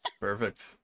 perfect